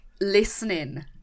listening